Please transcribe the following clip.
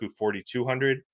4,200